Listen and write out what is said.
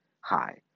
high